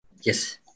Yes